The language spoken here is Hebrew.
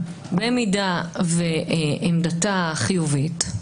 במידה שעמדתה חיובית,